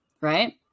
right